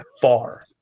far